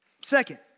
Second